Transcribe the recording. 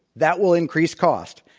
that will increase costs.